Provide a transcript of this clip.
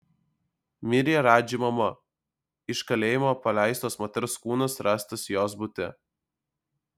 mirė radži mama iš kalėjimo paleistos moters kūnas rastas jos bute